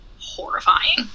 horrifying